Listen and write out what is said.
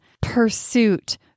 pursuit